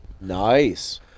Nice